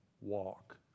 walk